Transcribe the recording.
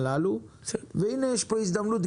הנה יש פה הזדמנות,